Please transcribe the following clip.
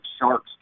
sharks